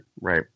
right